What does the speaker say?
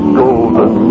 golden